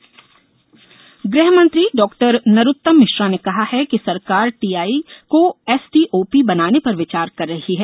police पदोन्नति ग़ह मंत्री डॉ नरोत्तम मिश्रा ने कहा है कि सरकार टीआई को एसडीओपी बनाने पर विचार कर रही है